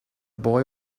boy